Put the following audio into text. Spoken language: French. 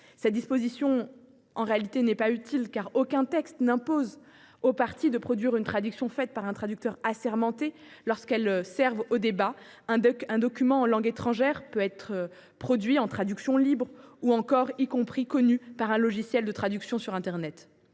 Cette disposition n’est pas utile, car aucun texte n’impose aux parties de produire une traduction faite par un traducteur assermenté lorsqu’elles versent aux débats un document en langue étrangère : elles peuvent en produire une traduction libre, y compris obtenue un logiciel de traduction sur internet.